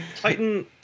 Titan